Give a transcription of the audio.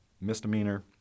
misdemeanor